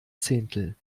zehntel